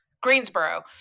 greensboro